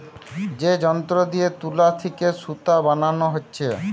এ যন্ত্র দিয়ে তুলা থিকে সুতা বানানা হচ্ছে